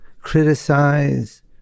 criticize